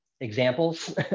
examples